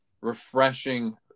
refreshing